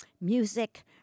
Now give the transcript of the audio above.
music